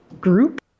group